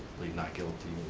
plead not guilty.